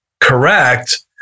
correct